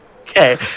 Okay